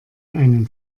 einen